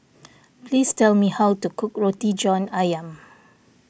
please tell me how to cook Roti John Ayam